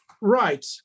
Right